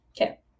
Okay